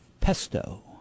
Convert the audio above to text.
pesto